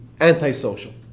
antisocial